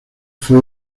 fue